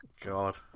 God